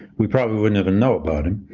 we probably wouldn't ever know about him.